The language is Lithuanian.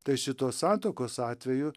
tai šitos santuokos atveju